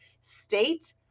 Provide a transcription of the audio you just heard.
state